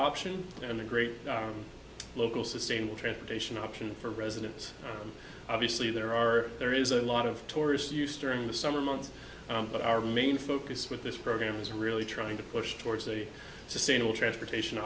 option and the great local sustainable transportation option for residents obviously there are there is a lot of tourists used during the summer months but our main focus with this program is really trying to push towards a sustainable transportation